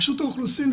רשות האוכלוסין,